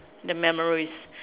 the memories